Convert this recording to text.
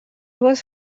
was